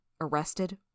arrested